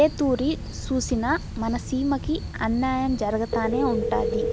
ఏ తూరి సూసినా మన సీమకి అన్నాయం జరగతానే ఉండాది